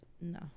No